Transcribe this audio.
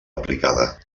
aplicada